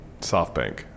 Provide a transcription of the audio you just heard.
softbank